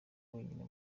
wenyine